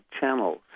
channels